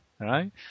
right